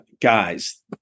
guys